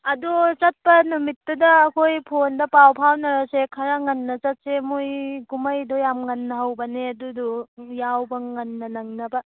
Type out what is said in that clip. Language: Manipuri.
ꯑꯗꯨ ꯆꯠꯄ ꯅꯨꯃꯤꯠꯇꯨꯗ ꯑꯩꯈꯣꯏ ꯐꯣꯟꯗ ꯄꯥꯎ ꯐꯥꯎꯅꯔꯁꯦ ꯈꯔ ꯉꯟꯅ ꯆꯠꯁꯦ ꯃꯣꯏ ꯀꯨꯝꯃꯩꯗꯨ ꯌꯥꯝ ꯉꯟꯅ ꯍꯧꯕꯅꯦ ꯑꯗꯨꯗꯨ ꯌꯥꯎꯕ ꯉꯟꯅ ꯅꯪꯅꯕ